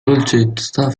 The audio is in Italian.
dolcezza